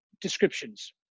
descriptions